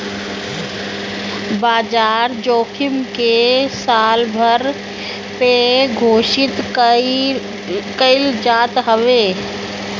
बाजार जोखिम के सालभर पे घोषित कईल जात हवे